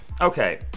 Okay